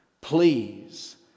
please